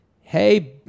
Hey